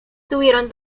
tuvieron